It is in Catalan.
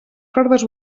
cordes